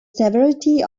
severity